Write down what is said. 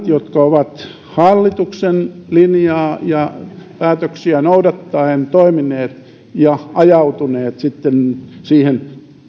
jotka ovat hallituksen linjaa ja päätöksiä noudattaen toimineet ja ajautuneet sitten siihen